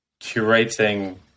curating